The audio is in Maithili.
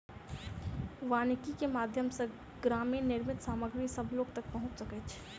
वानिकी के माध्यम सॅ ग्रामीण निर्मित सामग्री सभ लोक तक पहुँच सकै छै